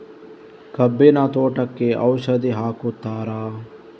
ಕಬ್ಬಿನ ತೋಟಕ್ಕೆ ಔಷಧಿ ಹಾಕುತ್ತಾರಾ?